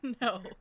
No